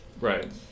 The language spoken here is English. Right